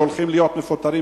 שהולכים להיות מפוטרים,